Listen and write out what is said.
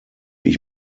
ich